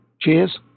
Cheers